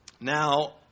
Now